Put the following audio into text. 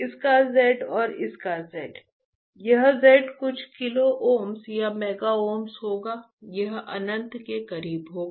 इसका z और इसका z यह z कुछ किलो ओम या मेगा ओम होगा यह अनंत के करीब होगा